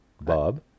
Bob